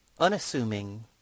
unassuming